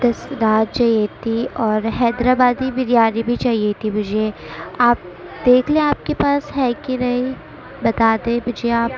دس نان چاہیے تھی اور حیدر آبادی بریانی بھی چاہیے تھی مجھے آپ دیکھ لیں آپ کے پاس ہے کہ نہیں بتا دیں مجھے آپ